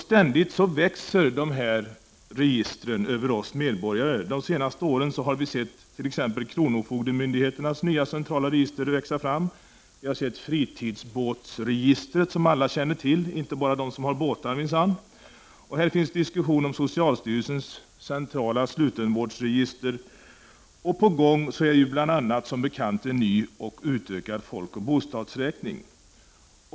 Ständigt växer dessa register över oss medborgare. De senaste åren har vi t.ex. sett kronofogdemyndigheternas nya centrala register växa fram. Vi har sett fritidsbåtsregistret växa fram. Det känner alla till, och minsann inte bara de som har båtar. Det förs diskussioner om socialstyrelsens centrala slutenvårdsregister. På gång är också som bekant en ny och utökad folkoch bostadsräkning.